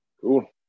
Cool